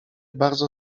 bardzo